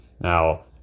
Now